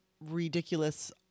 ridiculous